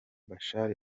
bashar